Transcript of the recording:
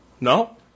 No